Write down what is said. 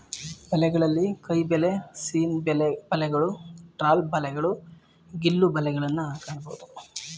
ಬಲೆಗಳಲ್ಲಿ ಕೈಬಲೆ, ಸೀನ್ ಬಲೆಗಳು, ಟ್ರಾಲ್ ಬಲೆಗಳು, ಗಿಲ್ಲು ಬಲೆಗಳನ್ನು ಕಾಣಬೋದು